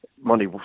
Money